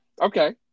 Okay